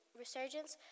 resurgence